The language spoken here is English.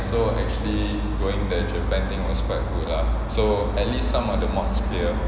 so actually going that japan thing was quite good lah so at least some of the mods cleared